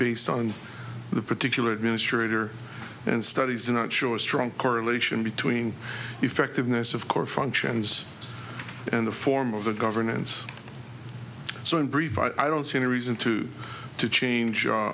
based on the particular administrator and studies i'm not sure strong correlation between effectiveness of course functions and the form of the governance so in brief i don't see any reason to to change our